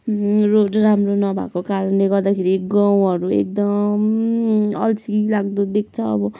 road राम्रो नभएको कारणले गर्दाखेरि गाउँहरू एकदम अल्छी लाग्दो देख्छ अब